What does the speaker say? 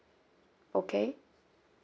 okay